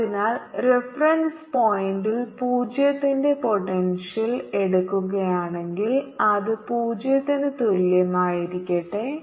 അതിനാൽ റഫറൻസ് പോയിന്റിൽ 0 ന്റെ പോട്ടെൻഷ്യൽ എടുക്കുകയാണെങ്കിൽ അത് 0 ന് തുല്യമായിരിക്കട്ടെ